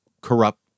corrupt